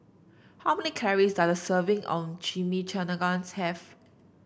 how many calories does a serving of Chimichangas have